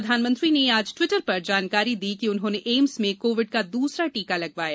प्रधानमंत्री ने आज ट्वीटर पर जानकारी दी कि उन्होंने एम्स में कोविड का दूसरा टीका लगवाया